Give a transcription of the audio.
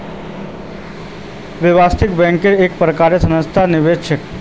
व्यावसायिक बैंक एक प्रकारेर संस्थागत निवेशक छिके